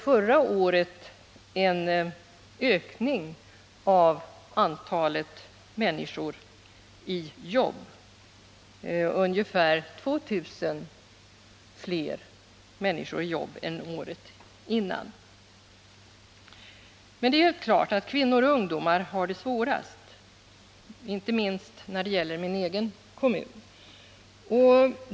Förra året fick vi en ökning av antalet människor i arbete, ungefär 2 000 fler än året innan. Men det är helt klart att kvinnor och ungdomar har det svårast, inte minst gäller detta min egen kommun.